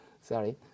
Sorry